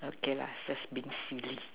okay lah just being silly